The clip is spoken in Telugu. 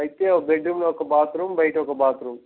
అయితే ఒక బెడ్రూమ్ ఒక బాత్రూం బయట ఒక బాత్రూమ్